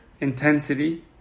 intensity